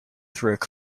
through